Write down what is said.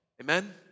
Amen